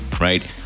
right